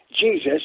Jesus